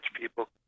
people